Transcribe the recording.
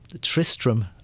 Tristram